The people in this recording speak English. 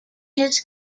his